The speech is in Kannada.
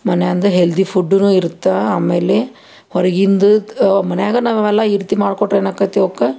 ಮನ್ಯಾಂದು ಹೆಲ್ದಿ ಫುಡ್ನೂ ಇರುತ್ತೆ ಆಮೇಲೆ ಹೊರಗಿಂದು ಮನ್ಯಾಗ ನಾವೆಲ್ಲ ಈ ರೀತಿ ಮಾಡಿಕೊಟ್ರೆ ಏನಾಕೈತಿ ಅವ್ಕೆ